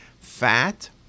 Fat